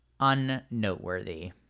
unnoteworthy